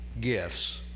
gifts